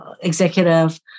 executive